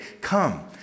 come